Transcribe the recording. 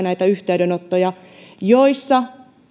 näitä yhteydenottoja joissa